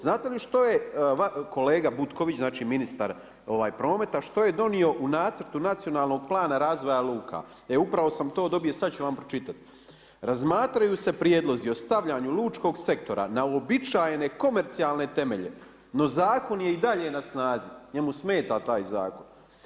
Znate li što je kolega Butković, znači ministar prometa, što je donio u nacrtu Nacionalnog plana razvoja luka, e upravo sam to dobio, sad ću vam pročitati. “Razmatraju se prijedlozi ostavljanju lučkog sektora na uobičajene komercijalne temelje, no zakon je i dalje na snazi.“, njemu smeta taj zakon.